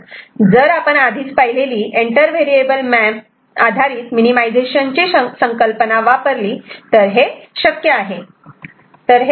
हो जर आपण आधीच पाहिलेली एंटर व्हेरिएबल मॅप आधारित मिनिमिझेशन ची संकल्पना वापरली तर हे शक्य आहे